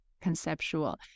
conceptual